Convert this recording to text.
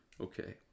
Okay